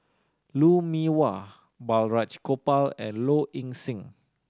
Lou Mee Wah Balraj Gopal and Low Ing Sing